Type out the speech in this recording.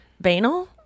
Banal